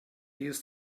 used